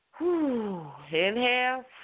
Inhale